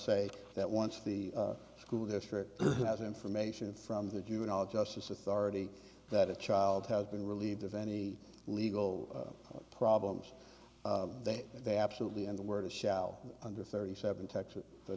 say that once the school district has information from the juvenile justice authority that a child has been relieved of any legal problems that they absolutely in the words shall under thirty seven texas